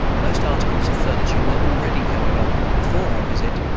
most articles of furniture were already, however, before our visit,